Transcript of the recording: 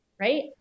right